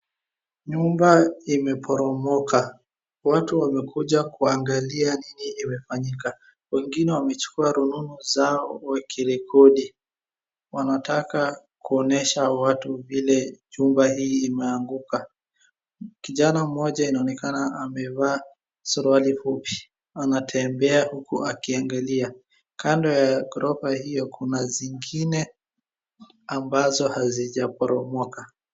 Nyumba imeporomoka, watu wamekuja kuangalia ni nini imefanyika , wengine wamechukua rununu zao wakirekodi, wanataka kuonyesha watu vile chumba hii imeanguka. Kijana mmoja inaonekana amevaa suruari fupi, anatembea huku akiangalia, kando ya ghorofa hiyo kuna zingine ambazo hazijaporomoka.